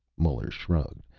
muller shrugged,